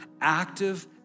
active